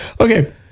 Okay